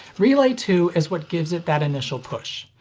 relay two is what gives it that initial push.